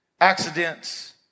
accidents